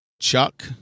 Chuck